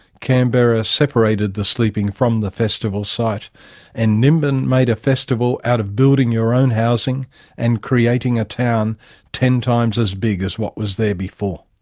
canberra separated the sleeping from the festival site and nimbin made a festival out of building your own housing and creating a town ten times as big as what was there before.